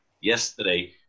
yesterday